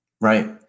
Right